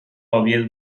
oviedo